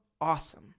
awesome